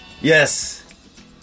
Yes